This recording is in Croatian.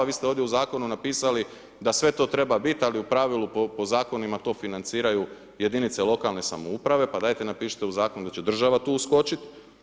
Vi ste ovdje u zakonu napisali, da sve to treba biti, ali u pravilu, po zakonu to financiraju jedinice lokalne samouprave, pa dajte napišite u zakonu, da će država tu uskočiti.